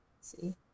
see